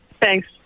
Thanks